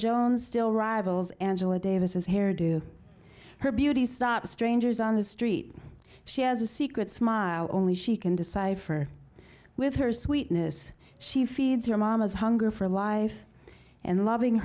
jones still rivals angela davis is hairdo her beauty stop strangers on the street she has a secret smile only she can decipher with her sweetness she feeds your mama's hunger for life and loving